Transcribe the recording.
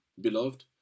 beloved